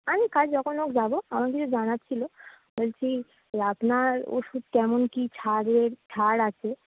আমি কাল যখন হোক যাবো আমার কিছু জানার ছিলো বলছি আপনার ওষুধ কেমন কি ছাড়ের ছাড় আছে